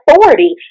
authority